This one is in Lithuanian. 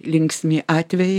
linksmi atvejai